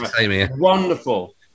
wonderful